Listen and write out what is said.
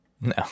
No